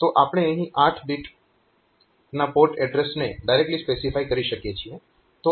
તો આપણે અહીં 8 બીટ પોર્ટ એડ્રેસને ડાયરેક્ટલી સ્પેસિફાય કરી શકીએ છીએ